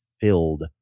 filled